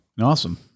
Awesome